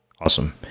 Awesome